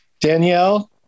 Danielle